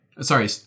Sorry